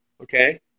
Okay